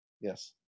Yes